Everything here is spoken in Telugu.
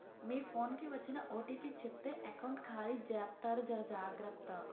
మీ ఫోన్ కి వచ్చిన ఓటీపీ చెప్తే ఎకౌంట్ ఖాళీ జెత్తారు జర జాగ్రత్త